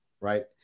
right